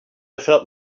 felt